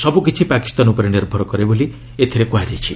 ସବୁ କିଛି ପାକିସ୍ତାନ ଉପରେ ନିର୍ଭର କରିବେ ବୋଲି ଏଥିରେ କୁହାଯାଇଛି